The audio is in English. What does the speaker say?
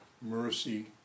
mercy